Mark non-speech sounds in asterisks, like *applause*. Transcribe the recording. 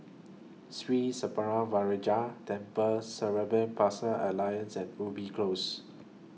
Sri Senpaga Vinayagar Temple Cerebral Palsy Alliance *unintelligible* Ubi Close